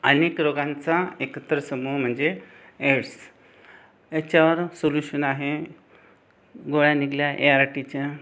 अनेक रोगांचा एकत्र समूह म्हणजे एड्स याच्यावर सोल्यूशन आहे गोळ्या निघाल्या ए आर टीच्या